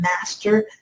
master